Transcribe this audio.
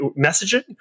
messaging